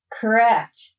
Correct